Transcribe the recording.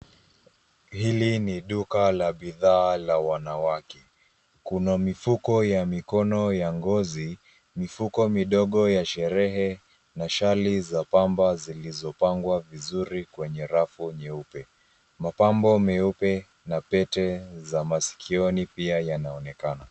Hili ni duka la bidhaa la wanawake. Kuna mifuko ya mikono ya ngozi, mifuko midogo ya sherehe na shali za pamba zilizopangwa vizuri kwenye rafu nyeupe. Mapambo meupe na pete za masikioni pia yanaonekana.